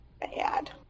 Bad